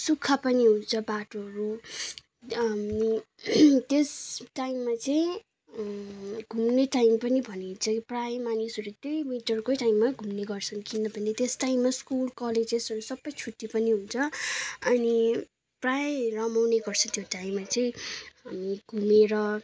सुखा पनि हुन्छ बाटोहरू अनि त्यस टाइममा चाहिँ घुम्ने टाइम पनि भनिन्छ प्रायः मानिसहरू त्यही विन्टरकै टाइममा घुम्ने गर्छन् किनभने त्यस टाइममा स्कुल कलेजेसहरू सबै छुट्टी पनि हुन्छ अनि प्रायः रमाउने गर्छन् त्यो टाइममा चाहिँ घुमेर